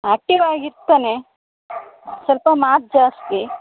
active ಆಗಿ ಇರ್ತಾನೆ ಸ್ವಲ್ಪ ಮಾತು ಜಾಸ್ತಿ